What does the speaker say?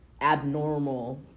abnormal